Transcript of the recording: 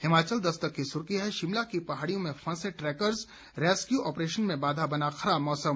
हिमाचल दस्तक की सुर्खी है शिमला की पहाड़ियों में फंसे ट्रैकर्स रेस्क्यू ऑप्रेशन में बाघा बना खराब मौसम